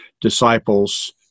disciples